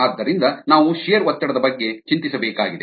ಆದ್ದರಿಂದ ನಾವು ಶಿಯರ್ ಒತ್ತಡದ ಬಗ್ಗೆ ಚಿಂತಿಸಬೇಕಾಗಿದೆ